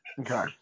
Okay